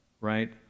right